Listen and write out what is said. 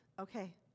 okay